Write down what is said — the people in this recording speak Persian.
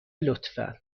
لطفا